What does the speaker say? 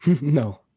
No